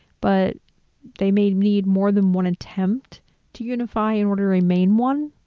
but they may need more than one attempt to unify in order to remain one.